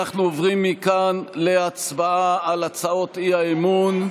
אנחנו עוברים מכאן להצבעה על הצעות האי-אמון.